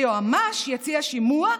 היועמ"ש יציע שימוע,